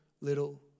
little